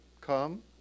come